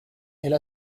elle